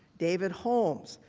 david holmes,